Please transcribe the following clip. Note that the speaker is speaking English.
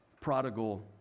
prodigal